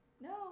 No